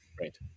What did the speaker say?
Right